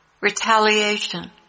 retaliation